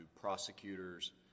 prosecutors